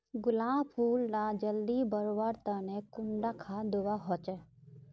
गुलाब फुल डा जल्दी बढ़वा तने कुंडा खाद दूवा होछै?